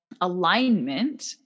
alignment